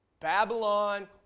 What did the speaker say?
Babylon